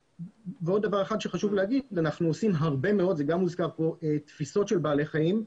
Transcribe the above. חשוב לי להגיד שאנחנו עושים הרבה מאוד תפיסות של בעלי חיים,